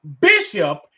bishop